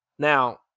Now